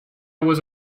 was